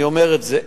אני אומר את זה,